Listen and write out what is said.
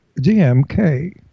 DMK